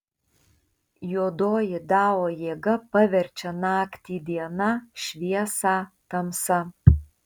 juodoji dao jėga paverčia naktį diena šviesą tamsa